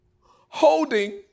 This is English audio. holding